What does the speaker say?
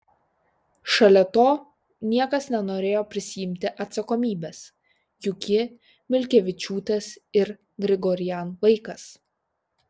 šalia to niekas nenorėjo prisiimti atsakomybės juk ji milkevičiūtės ir grigorian vaikas